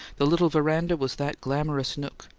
the little veranda was that glamorous nook,